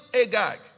Agag